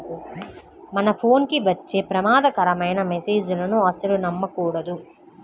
మన ఫోన్ కి వచ్చే ప్రమాదకరమైన మెస్సేజులను అస్సలు నమ్మకూడదు